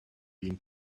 been